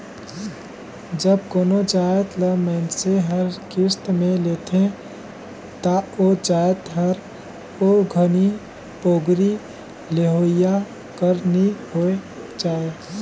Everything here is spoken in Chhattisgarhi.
जब कोनो जाएत ल मइनसे हर किस्त में लेथे ता ओ जाएत हर ओ घनी पोगरी लेहोइया कर नी होए जाए